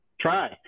try